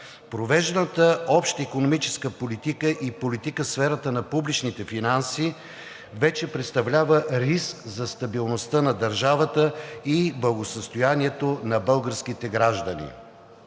Провежданата обща икономическа политика и политика в сферата на публичните финанси вече представлява риск за стабилността на държавата и благосъстоянието на българските граждани.